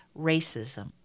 racism